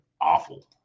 awful